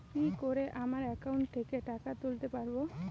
কি করে আমার একাউন্ট থেকে টাকা তুলতে পারব?